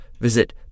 Visit